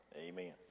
Amen